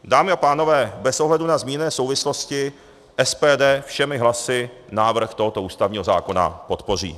Dámy a pánové, bez ohledu na zmíněné souvislosti SPD všemi hlasy návrh tohoto ústavního zákona podpoří.